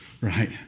right